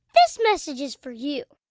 this message is for you.